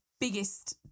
biggest